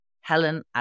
Helen